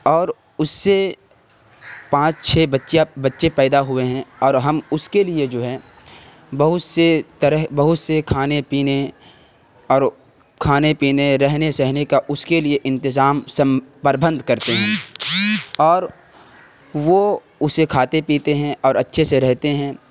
اور اس سے پانچ چھ بچے پیدا ہوئے ہیں اور ہم اس کے لیے جو ہیں بہت سے طرح بہت سے کھانے پینے اور کھانے پینے رہنے سہنے کا اس کے لیے انتظام سم پربھند کرتے ہیں اور وہ اسے کھاتے پیتے ہیں اور اچھے سے رہتے ہیں